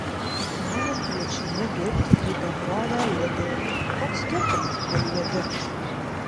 žmonės kviečiami dirbti į bendrovę lidl koks skirtumas kur jie dirbs